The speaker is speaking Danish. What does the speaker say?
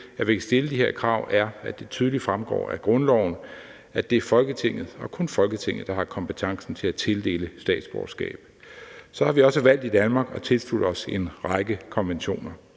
at vi kan stille de her krav, er, at det tydeligt fremgår af grundloven, at det er Folketinget og kun Folketinget, der har kompetencen til at tildele statsborgerskab. Så har vi også valgt i Danmark at tilslutte os en række konventioner,